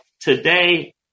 today